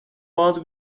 bazı